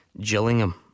Gillingham